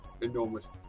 enormous